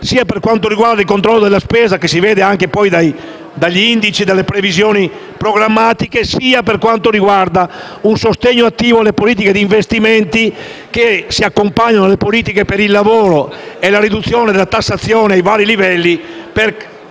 seria, per quanto riguarda sia il controllo della spesa - come si rivela anche dagli indici e dalle previsioni programmatiche - che il sostegno attivo alle politiche per gli investimenti, che si accompagnano alle politiche per il lavoro e alla riduzione della tassazione a vari livelli per